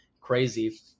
crazy